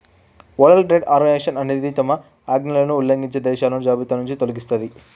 world Trade Organization అనేది తమ ఆజ్ఞలను ఉల్లంఘించే దేశాలను జాబితానుంచి తొలగిస్తది